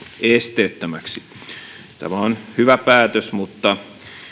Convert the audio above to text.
esteettömäksi tämä on hyvä päätös mutta